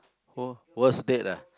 w~ worst date ah